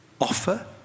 Offer